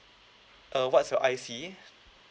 err what's your I_C